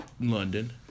London